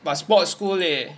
but sports school leh